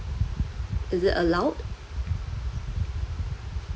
is it allowed